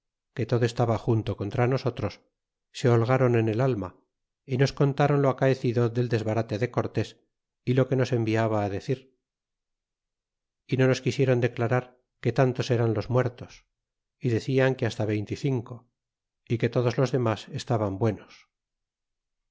que todo estaba junto contra nosotros se holgron en el alma y nos contron lo acaecido del desbarate de cortés y lo que nos enviaba decir y no nos quisieron declarar que tantos eran los muertos y decian que hasta veinte y cineo y que todos loa demas estaban buenos